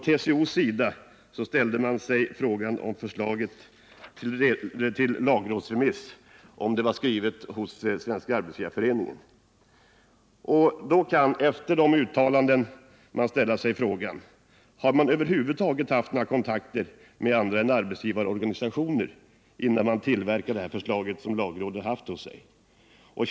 TCO frågade om förslaget till lagrådsremiss var skrivet hos Svenska arbetsgivareföreningen. Efter dessa uttalanden måste man ställa sig frågan: Har regeringen över huvud taget haft några kontakter med andra än arbetsgivarorganisationer innan den tillverkade det förslag som lagrådet fick?